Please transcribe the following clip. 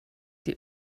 die